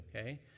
Okay